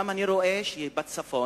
אני גם רואה שבצפון,